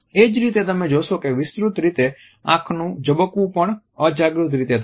એ જ રીતે તમે જોશો કે વિસ્તૃત રીતે આંખનું ઝબકવું પણ અજાગૃત રીતે થાય છે